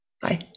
bye